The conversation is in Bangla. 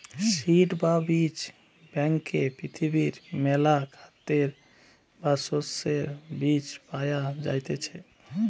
সিড বা বীজ ব্যাংকে পৃথিবীর মেলা খাদ্যের বা শস্যের বীজ পায়া যাইতিছে